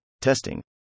testing